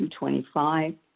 225